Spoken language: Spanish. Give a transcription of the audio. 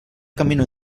camino